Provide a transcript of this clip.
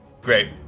Great